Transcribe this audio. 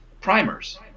primers